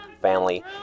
family